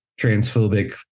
transphobic